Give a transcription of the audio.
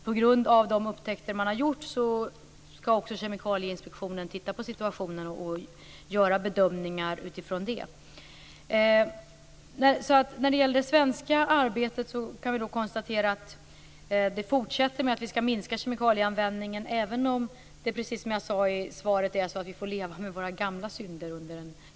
På grund av de upptäckter man har gjort, skall Kemikalieinspektionen titta på situationen och göra bedömningar utifrån det. Vi kan konstatera att det svenska arbetet fortsätter med att vi skall minska kemikalieanvändningen, även om vi får leva med våra gamla synder under en lång period, precis som jag sade i svaret.